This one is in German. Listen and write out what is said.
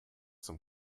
zum